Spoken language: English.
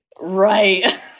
Right